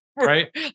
Right